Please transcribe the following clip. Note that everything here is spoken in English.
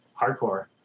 hardcore